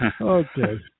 Okay